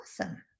Awesome